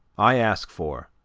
i ask for,